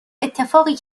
اتفاقی